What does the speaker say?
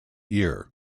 year